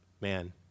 Man